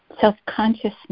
self-consciousness